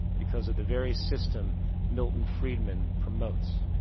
because of the very system milton friedman promotes.